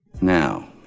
Now